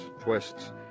twists